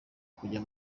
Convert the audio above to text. kujya